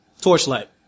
torchlight